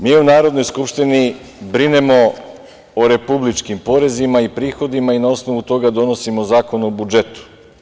Mi u Narodnoj skupštini brinemo u republičkim porezima i prihodima i na osnovu toga donosimo Zakon o budžetu.